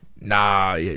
nah